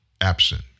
absent